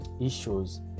issues